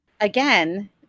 again